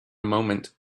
moment